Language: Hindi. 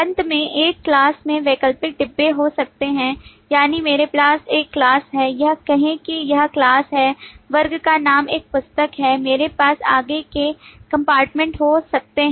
अंत में एक class में वैकल्पिक डिब्बे हो सकते हैं यानी मेरे पास एक class है यह कहें कि यह class है वर्ग का नाम एक पुस्तक है मेरे पास आगे के कंपार्टमेंट हो सकते हैं